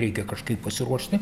reikia kažkaip pasiruošti